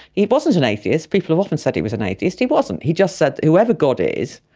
he wasn't an atheist, people have often said he was an atheist, he wasn't, he just said whoever god is,